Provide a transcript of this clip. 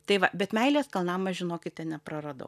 tai va bet meilės kalnam aš žinokite nepraradau